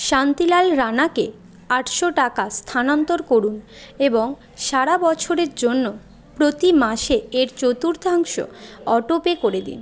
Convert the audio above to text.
শান্তিলাল রাণাকে আটশো টাকা স্থানান্তর করুন এবং সারা বছরের জন্য প্রতি মাসে এর চতুর্থাংশ অটোপে করে দিন